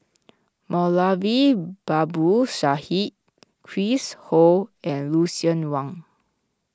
Moulavi Babu Sahib Chris Ho and Lucien Wang